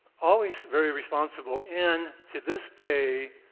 always very responsible, and to this day,